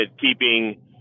keeping